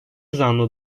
zanlı